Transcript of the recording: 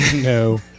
No